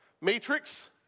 matrix